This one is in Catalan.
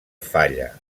falla